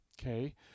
okay